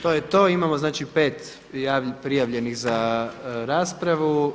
To je to, imamo znači 5 prijavljenih za raspravu.